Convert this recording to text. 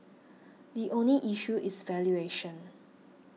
the only issue is valuation